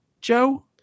Joe